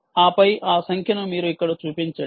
ఆపై ఆ సంఖ్యను మీరు ఇక్కడ చూపించండి